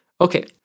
Okay